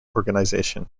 organization